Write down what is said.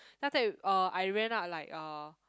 then after that uh I ran up like uh